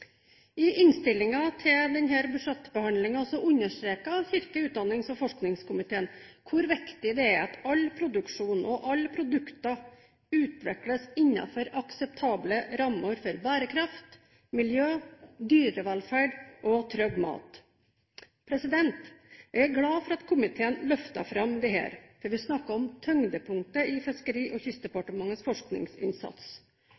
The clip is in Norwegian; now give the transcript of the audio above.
I innstillingen til denne budsjettbehandlingen understreker kirke-, utdannings- og forskningskomiteen hvor viktig det er at all produksjon og alle produkter utvikles innenfor akseptable rammer for bærekraft, miljø, dyrevelferd og trygg mat. Jeg er glad for at komiteen løfter fram dette, for vi snakker om tyngdepunktet i Fiskeri- og